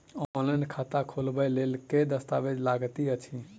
Online खाता खोलबय लेल केँ दस्तावेज लागति अछि?